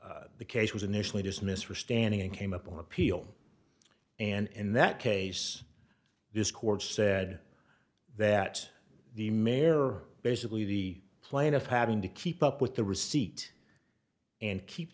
the case was initially dismissed for standing and came up on appeal and in that case this court said that the mayor basically the plaintiff having to keep up with the receipt and keep